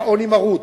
היה עוני מרוד,